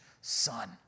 son